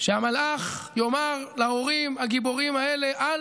שהמלאך יאמר להורים הגיבורים האלה: "אל